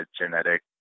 genetic